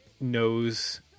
knows